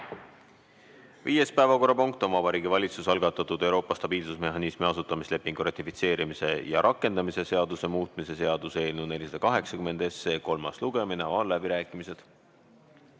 Viies päevakorrapunkt on Vabariigi Valitsuse algatatud Euroopa stabiilsusmehhanismi asutamislepingu ratifitseerimise ja rakendamise seaduse muutmise seaduse eelnõu 480 kolmas lugemine. Avan läbirääkimised.